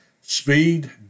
Speed